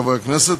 חברי הכנסת,